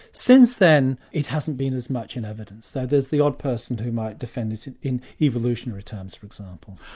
since then, it hasn't been as much in evidence, though there's the odd person who might defend it it in evolutionary terms for example.